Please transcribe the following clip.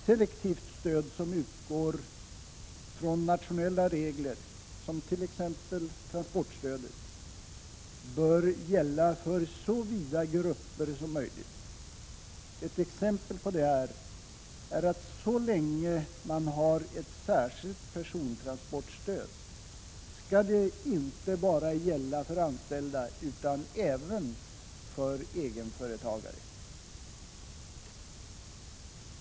Selektivt stöd som utgår från nationella regler, t.ex. transportstödet, bör gälla för så vida grupper som möjligt. Ett exempel på detta är persontransportstöd: Så länge man har ett särskilt persontransportstöd skall det inte bara gälla för anställda utan även för egenföretagare.